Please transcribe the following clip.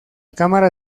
cámara